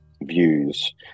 views